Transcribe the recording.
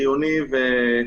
חיוני,